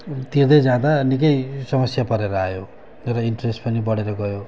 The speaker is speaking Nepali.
तिर्दै जाँदा निकै समस्या परेर आयो र इन्ट्रेस्ट पनि बढेर गयो